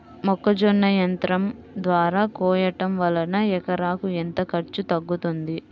మొక్కజొన్న యంత్రం ద్వారా కోయటం వలన ఎకరాకు ఎంత ఖర్చు తగ్గుతుంది?